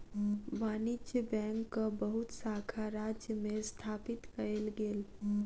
वाणिज्य बैंकक बहुत शाखा राज्य में स्थापित कएल गेल